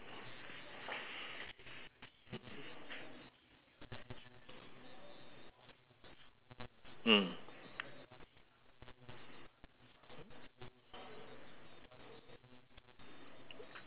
mm